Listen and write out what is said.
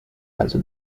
also